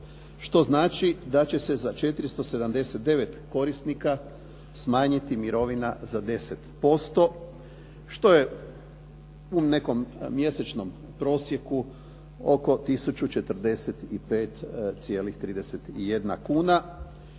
što znači da će se za 479 korisnika smanjiti mirovina za 10%, što je u nekom mjesečnom prosjeku oko 1 045,31 kuna